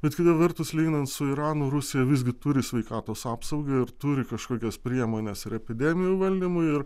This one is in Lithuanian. bet kita vertus lyginant su iranu rusija visgi turi sveikatos apsaugą ir turi kažkokias priemones ir epidemijų valdymui ir